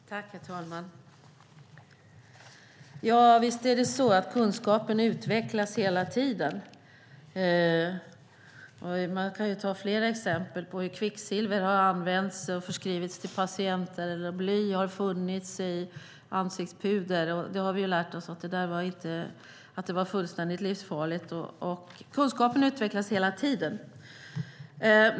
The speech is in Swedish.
Herr talman! Visst är det så att kunskapen utvecklas hela tiden. Man kan ta flera exempel på hur kvicksilver har använts och förskrivits till patienter, eller hur bly har funnits i ansiktspuder. Det har vi lärt oss var fullständigt livsfarligt. Kunskapen utvecklas hela tiden.